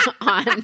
on